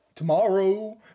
Tomorrow